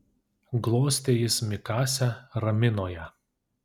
glostė jis mikasę ramino ją